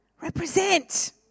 Represent